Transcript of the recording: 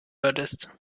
würdest